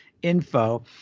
info